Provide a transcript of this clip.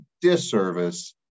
disservice